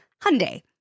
Hyundai